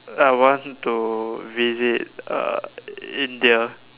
I want to visit uh India